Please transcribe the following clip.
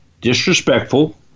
disrespectful